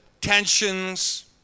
tensions